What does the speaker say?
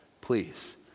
Please